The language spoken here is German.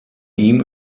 ihm